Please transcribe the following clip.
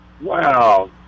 wow